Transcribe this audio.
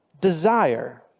desire